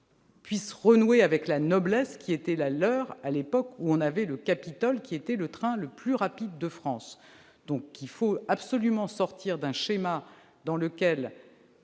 puissent renouer avec la noblesse qui était la leur à une époque où le Capitole était le train le plus rapide de France. Il faut absolument sortir d'un schéma dans lequel